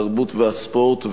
התרבות והספורט,